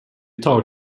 tar